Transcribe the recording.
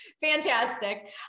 Fantastic